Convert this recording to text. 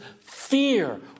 Fear